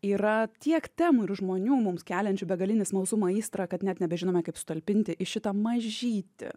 yra tiek temų ir žmonių mums keliančių begalinį smalsumą aistrą kad net nebežinome kaip sutalpinti į šitą mažytį